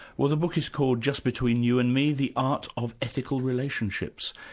well the book is called just between you and me the art of ethical relationships.